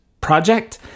project